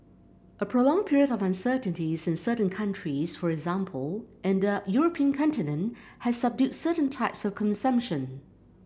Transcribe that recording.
a prolonged period of uncertainties in certain countries for example in the European continent has subdued certain types of consumption